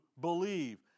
believe